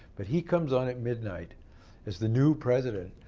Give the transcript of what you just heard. but he comes on at midnight as the new president.